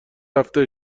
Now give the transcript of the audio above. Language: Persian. رفته